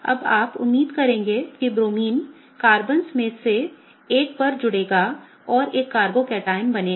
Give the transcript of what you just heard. अब आप उम्मीद करेंगे कि ब्रोमीन कार्बन्स में से एक पर जुड़ेगा और एक कार्बोकैटायन बनेगा